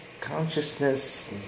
Consciousness